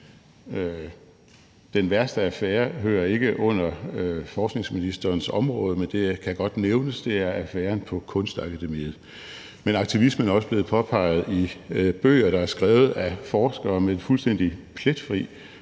Den værste affære hører ikke under forskningsministerens område, men det kan godt nævnes, at det er affæren på Kunstakademiet. Men aktivismen er også blevet påpeget i bøger, der er skrevet af forskere med en fuldstændig pletfri